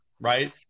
right